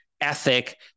ethic